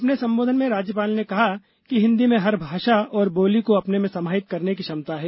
अपने संबोधन में राज्यपाल ने कहा कि हिन्दी में हर भाषा और बोली को अपने में समाहित करने की क्षमता है